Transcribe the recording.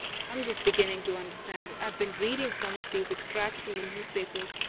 am just beginning to understand. i've been reading some of these extracts from the newspapers.